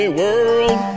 world